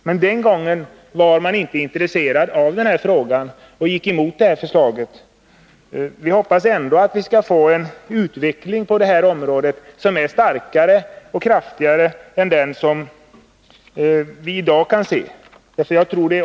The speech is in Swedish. Men den gången var ni inte intresserade av frågan utan gick emot förslaget.